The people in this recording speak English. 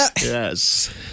Yes